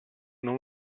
non